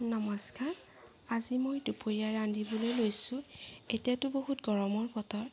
নমস্কাৰ আজি মই দুপৰীয়া ৰান্ধিবলৈ লৈছোঁ এতিয়াতো বহুত গৰমৰ বতৰ